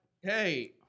hey